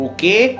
Okay